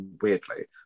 weirdly